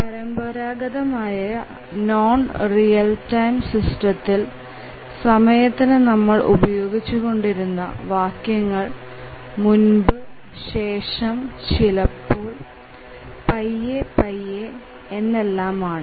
പരമ്പരാഗതമായ non real time സിസ്റ്റത്തിൽ സമയത്തിന് നമ്മൾ ഉപയോഗിച്ചുകൊണ്ടിരുന്ന വാക്യങ്ങൾ മുൻപ് ശേഷം ചിലപ്പോൾ പയ്യെ പയ്യെ എന്നെല്ലാമാണ്